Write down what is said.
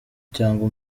cyangwa